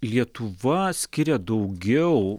lietuva skiria daugiau